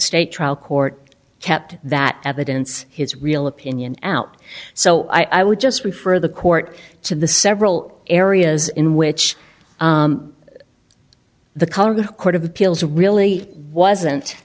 state trial court kept that evidence his real opinion out so i would just refer the court to the several areas in which the colored court of appeals really wasn't